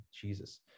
Jesus